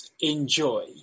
enjoy